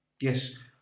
Yes